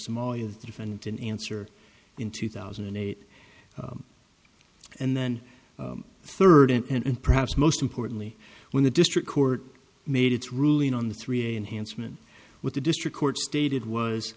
somalia the defendant in answer in two thousand and eight and then third and perhaps most importantly when the district court made its ruling on the three unhandsome and with the district court stated was